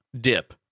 dip